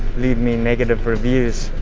leave me negative reviews.